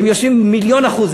הם מיליון אחוז.